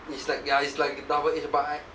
it's like ya it's like double edge but I